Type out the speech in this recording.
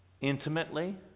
intimately